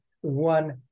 one